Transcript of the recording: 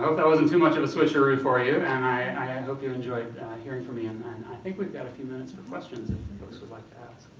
that wasn't too much of a switcharoo for you, and i hope you enjoyed hearing from me. and and i think we've got a few minutes for questions, if folks would like